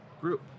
group